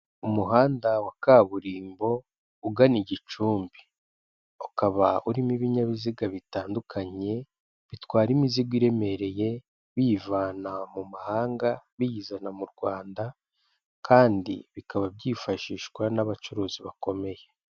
Umuhanda wa kaburimbo, ugana i Gicumbi, ukaba urimo ibinyabiziga bitandukanye, bitwara imizigo iremereye, biyivana mu mahanga, biyizana mu Rwanda kandi bikaba byifashishwa n'abacuruzi bakomeye.